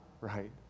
right